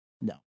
No